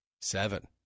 seven